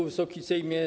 Wysoki Sejmie!